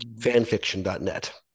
fanfiction.net